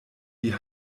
die